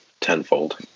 tenfold